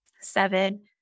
Seven